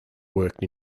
worked